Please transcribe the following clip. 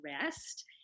rest